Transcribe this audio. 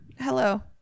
Hello